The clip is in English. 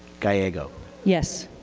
gallego yes.